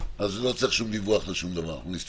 לא צריך שום דיווח על שום דבר,